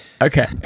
Okay